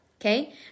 okay